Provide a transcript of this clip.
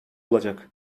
olacak